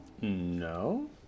No